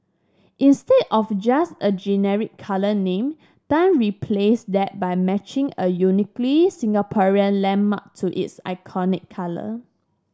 instead of just a generic colour name Tan replaced that by matching a uniquely Singaporean landmark to its iconic colour